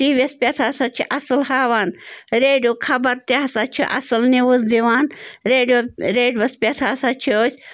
T V یَس پٮ۪ٹھ ہسا چھِ اَصٕل ہاوان ریڈیو خبر تہِ ہسا چھِ اصٕل نِوٕز دِوان ریڈیو ریڈیوَس پٮ۪ٹھ ہسا چھِ أسۍ